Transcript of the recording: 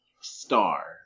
star